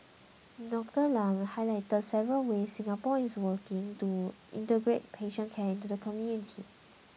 Dr Lam highlighted several ways Singapore is working to integrate patient care into the community